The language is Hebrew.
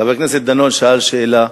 חבר הכנסת דנון שאל שאלה,